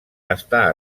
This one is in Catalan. està